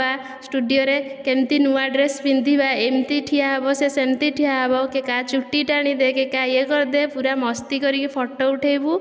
ଷ୍ଟୁଡ଼ିଓରେ କେମିତି ନୂଆ ଡ୍ରେସ ପିନ୍ଧିବା ଏମିତି ଠିଆ ହେବ ସେ ସେମିତି ଠିଆ ହେବ କିଏ କାହା ଚୁଟି ଟାଣିଦେ କିଏ କାହା ୟେ କରିଦେ ପୁରା ମସ୍ତି କରିକି ଫଟୋ ଉଠେଇବୁ